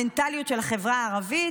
המנטליות של החברה הערבית?